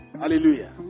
Hallelujah